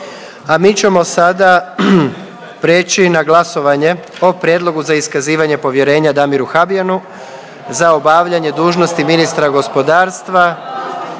Dakle, dajem na glasovanje Prijedlog za iskazivanje povjerenja Damiru Habijanu za obavljanje dužnosti ministra gospodarstva